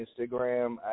Instagram